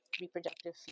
reproductive